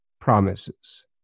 promises